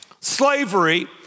slavery